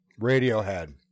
Radiohead